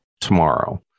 tomorrow